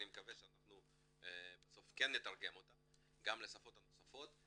אני מקווה שאנחנו בסוף כן נתרגם אותה גם לשפות הנוספות.